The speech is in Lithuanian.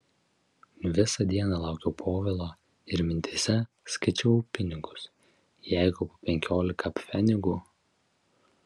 visą dieną laukiau povilo ir mintyse skaičiavau pinigus jeigu po penkiolika pfenigų